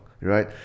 right